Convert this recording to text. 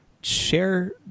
share